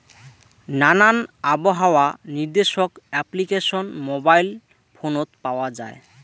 নানান আবহাওয়া নির্দেশক অ্যাপ্লিকেশন মোবাইল ফোনত পাওয়া যায়